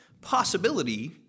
possibility